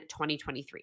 2023